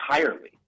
entirely